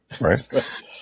right